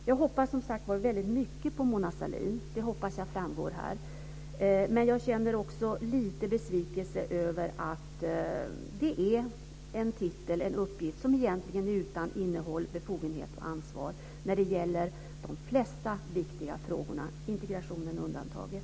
Jag hoppas att det har framgått att jag väntar mig väldigt mycket av Mona Sahlin, men jag känner också lite av besvikelse över att hon har en titel och en uppgift som egentligen är utan innehåll, befogenhet och ansvar när det gäller de flesta viktiga frågor, integrationen undantagen.